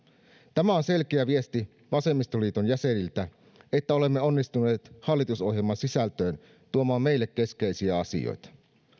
tämä on vasemmistoliiton jäseniltä selkeä viesti että olemme onnistuneet tuomaan hallitusohjelman sisältöön meille keskeisiä asioita